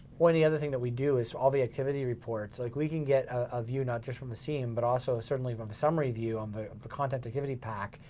one of the other thing that we do is all the activity reports. like we can get a view, not just from the siem, but also certainly from the summary view on the the content activity pack,